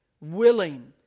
Willing